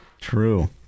True